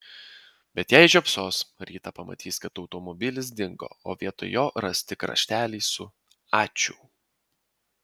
bet jei žiopsos rytą pamatys kad automobilis dingo o vietoj jo ras tik raštelį su ačiū